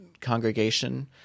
congregation